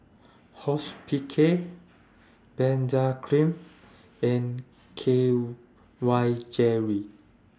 Hospicare Benzac Cream and K Y Jelly